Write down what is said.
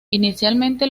inicialmente